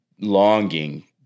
longing